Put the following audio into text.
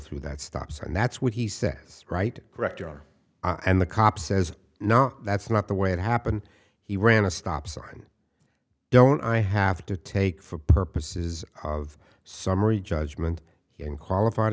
through that stops and that's what he says right correct or i and the cop says no that's not the way it happened he ran a stop sign don't i have to take for purposes of summary judgment in qualified